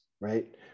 right